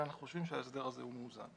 לכן אנחנו חושבים שההסדר הזה הוא מאוזן.